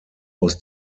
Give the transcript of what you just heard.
aus